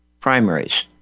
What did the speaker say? primaries